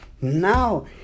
now